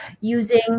using